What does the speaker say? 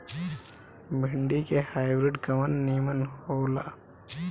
भिन्डी के हाइब्रिड कवन नीमन हो ला?